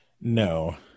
No